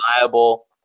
reliable